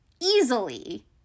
easily